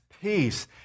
peace